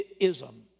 ism